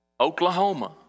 Oklahoma